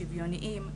שוויוניים,